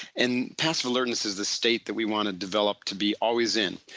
and passive alertness is the state that we want to develop to be always in.